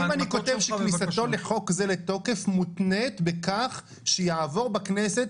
אם אני כותב שכניסתו של חוק זה לתוקף מותנית בכך שיעבור בכנסת,